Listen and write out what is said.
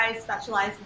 specialize